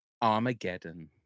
armageddon